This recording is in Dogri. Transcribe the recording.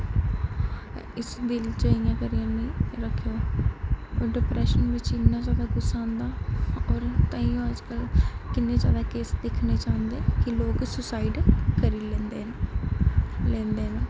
इस दिल च इ'यां कदें निं रक्खेओ डिप्रेशन बिच इन्ना जादा गुस्सा आंदा होर तांहियें अज्ज कल किन्ने जादा केस दिक्खने च आंदे लोग सुसाइड करी लैंदे न लैंदे न